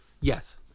Yes